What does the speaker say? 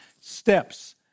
steps